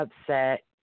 upset